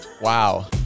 Wow